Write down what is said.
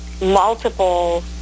multiple